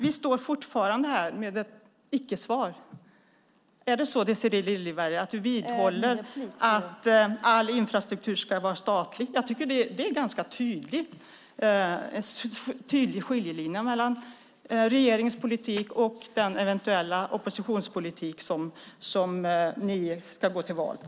Vi står fortfarande här med ett icke-svar. Är det så, Désirée Liljevall, att du vidhåller att all infrastruktur ska vara statlig? Det är en ganska tydlig skiljelinje mellan regeringens politik och den eventuella oppositionspolitik som ni ska gå till val på.